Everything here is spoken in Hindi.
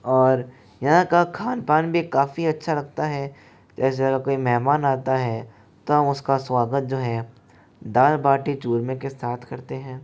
और यहाँ का खानपान भी काफी अच्छा लगता है जैसे अगर कोई मेहमान आता है तो हम उसका स्वागत जो है दाल बाटी चूरमे के साथ करते हैं